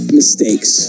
mistakes